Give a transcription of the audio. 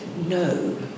No